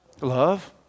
Love